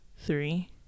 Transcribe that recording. three